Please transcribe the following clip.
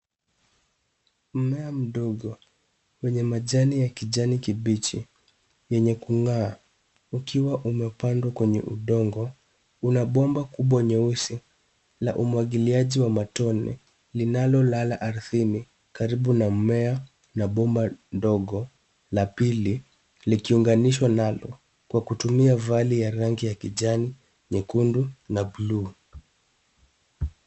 Mmea mdogo wenye majani ya kijani kibichi yenye kungaa ukiwa umepandwa kwenye udongo. Ua bomba kubwa nyeusi la umwagiliaji wa matone linalolala ardhini karibu na mmea na bomba dogo la pili likiunganisha nalo kwa kutumia vali ya rangi ya kijani ,nyekundu na blue .